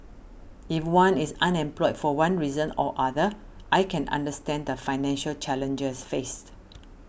if one is unemployed for one reason or other I can understand the financial challenges faced